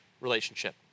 relationship